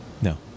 No